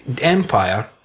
Empire